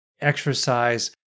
exercise